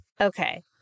Okay